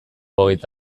hogeita